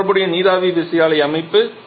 இது தொடர்புடைய நீராவி விசையாழி அமைப்பு